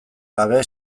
gabe